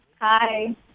Hi